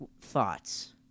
thoughts